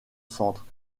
centre